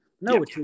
No